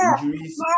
injuries